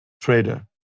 trader